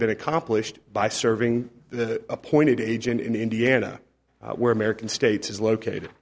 been accomplished by serving the appointed agent in indiana where american states is located